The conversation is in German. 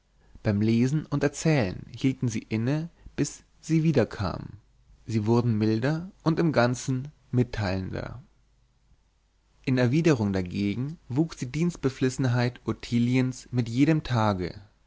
beim lesen und erzählen hielten sie inne bis sie wiederkam sie wurden milder und im ganzen mitteilender in erwiderung dagegen wuchs die dienstbeflissenheit ottiliens mit jedem tage